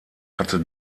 hatte